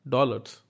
Dollars